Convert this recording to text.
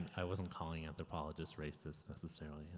i wasn't calling anthropologists racists necessarily.